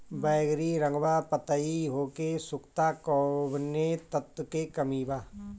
बैगरी रंगवा पतयी होके सुखता कौवने तत्व के कमी बा?